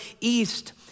east